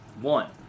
one